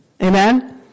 Amen